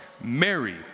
Mary